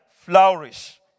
flourish